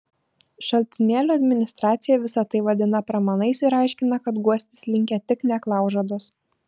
šaltinėlio administracija visa tai vadina pramanais ir aiškina kad guostis linkę tik neklaužados